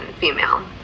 female